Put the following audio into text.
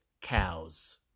cows